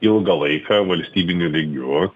ilgą laiką valstybiniu lygiu